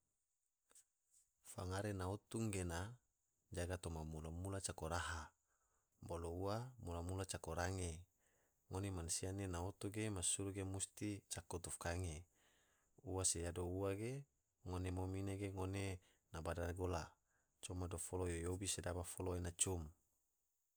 Fangare na otu gena jaga toma mula mula cako raha, bolo ua mula mula cako range, ngone mansia ne na otu ge masuru ge musti cako tufkange, ua se yado ua ge ngone mom ine ge ngone na bada gola coma dofolo yo yobi sedaba folo ena cum.